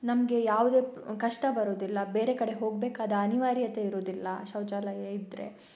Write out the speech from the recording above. ನಮಗೆ ಯಾವುದೇ ಕಷ್ಟ ಬರೋದಿಲ್ಲ ಬೇರೆ ಕಡೆ ಹೋಗಬೇಕಾದ ಅನಿವಾರ್ಯತೆ ಇರೋದಿಲ್ಲ ಶೌಚಾಲಯ ಇದ್ದರೆ